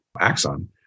axon